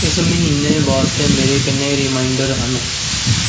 ਇਸ ਮਹੀਨੇ ਵਾਸਤੇ ਮੇਰੇ ਕਿੰਨੇ ਰੀਮਾਂਈਡਰ ਹਨ